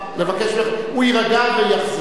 אני מבקש ממך, הוא יירגע ויחזור.